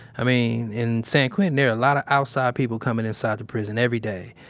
i mean, in san quentin, there are a lot of outside people coming inside the prison every day.